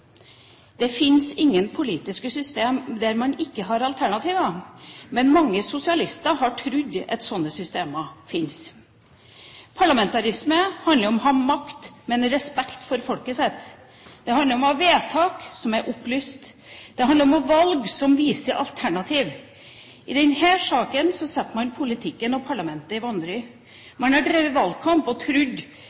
Det fins ingen politiske systemer der man ikke har alternativer, men mange sosialister har trodd at slike systemer fins. Parlamentarisme handler om å ha makt, men respekt for folket sitt. Det handler om å fatte vedtak som er opplyste. Det handler om noen valg som viser alternativer. I denne saken setter man politikken og parlamentet i vanry. Man har drevet valgkamp og